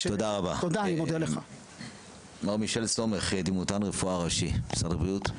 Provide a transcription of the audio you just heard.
מר מישל סומך, דימותן רפואה ראשי, משרד הבריאות,